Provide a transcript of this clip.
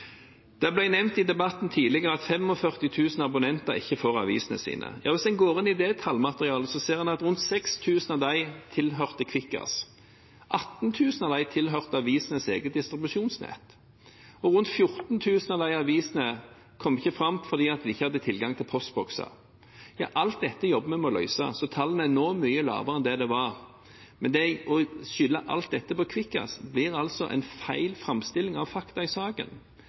Det ble nevnt i debatten tidligere at 45 000 abonnenter ikke får avisene sine. Hvis en går inn i det tallmaterialet, ser en at rundt 6 000 av dem tilhører Kvikkas. 18 000 av dem tilhører avisenes eget distribusjonsnett. Rundt 14 000 av avisene kom ikke fram fordi en ikke hadde tilgang til postbokser. Alt dette jobber vi med å løse, så tallene nå er mye lavere enn det de var. Å legge all skyld på Kvikkas blir feil framstilling av fakta i saken.